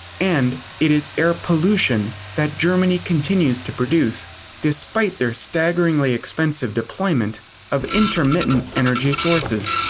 and, it is air pollution that germany continues to produce despite their staggeringly expensive deployment of intermittent energy sources.